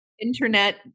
internet